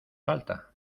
falta